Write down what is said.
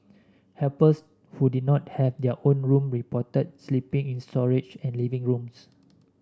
helpers who did not have their own room reported sleeping in storage and living rooms